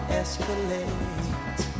escalate